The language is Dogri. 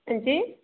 हां जी